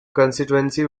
constituency